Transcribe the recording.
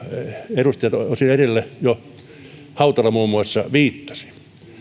edustaja hautala viittasi